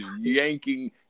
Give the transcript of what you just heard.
yanking